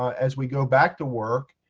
as we go back to work.